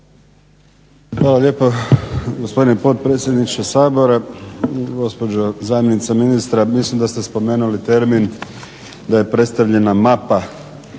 Hvala lijepo, gospodine potpredsjedniče Sabora. Gospođo zamjenice ministra, mislim da ste spomenuli termin da je predstavljena mapa